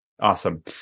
awesome